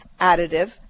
additive